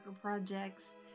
projects